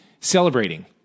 celebrating